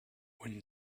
when